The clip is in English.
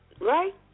right